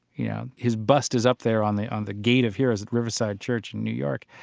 you know, his bust is up there on the on the gate of heroes at riverside church in new york.